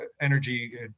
energy